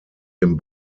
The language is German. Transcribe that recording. dem